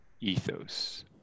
ethos